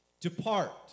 Depart